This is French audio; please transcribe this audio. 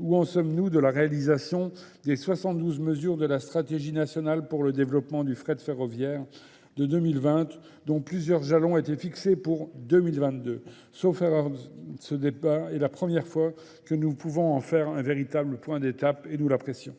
ou en sommes-nous de la réalisation des 72 mesures de la stratégie nationale pour le développement du frais de ferroviaire de 2020, dont plusieurs jalons étaient fixés pour 2022. Sauf que ce départ est la première fois que nous pouvons en faire un véritable point d'étape, et nous la pressions.